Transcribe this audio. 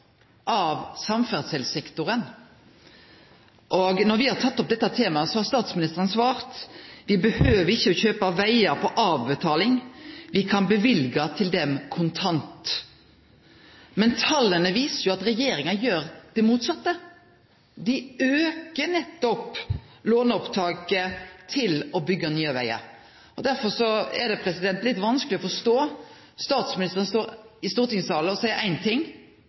av samferdselssektoren. Når me har teke opp dette temaet, har statsministeren svart: Me treng ikkje å kjøpe vegar på avbetaling, me kan løyve til dei – kontant. Men tala viser jo at regjeringa gjer det motsette. Dei aukar låneopptaket for å byggje nye vegar. Derfor er det litt vanskeleg å forstå at statsministeren står i stortingssalen og seier éin ting